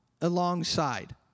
alongside